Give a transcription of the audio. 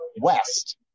west